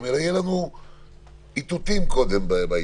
אלא שיהיו לנו קודם איתותים בעניין.